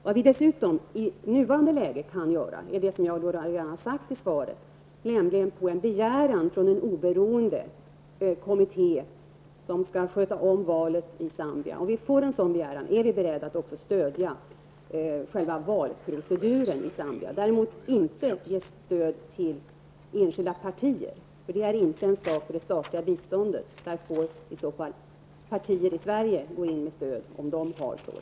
Vad vi dessutom i nuvarande läge kan göra är det, jag redan har sagt i svaret som nämligen att avvakta en begäran från en oberoende kommitté som skall sköta om valet i Zambia. Om vi får en sådan begäran är vi beredda att stödja själva valproceduren i Zambia. Däremot vill vi inte ge stöd till enskilda partier. Det är inte det statliga biståndets sak. Där får i så fall partier i Sverige gå in med stöd.